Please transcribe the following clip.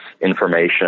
information